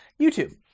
YouTube